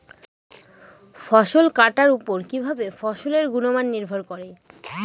ফসল কাটার উপর কিভাবে ফসলের গুণমান নির্ভর করে?